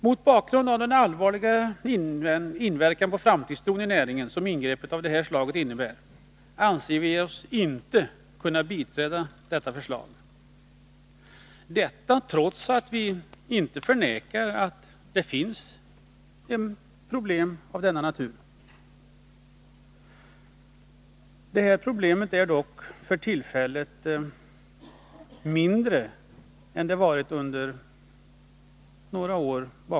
Mot bakgrund av den allvarliga inverkan på framtidstron inom näringen som ingrepp av det här slaget innebär anser vi oss inte kunna biträda förslaget, detta trots att vi inte förnekar att det finns problem av den natur som det talas om i propositionen. Detta problem är dock för tillfället mindre än det varit under några år.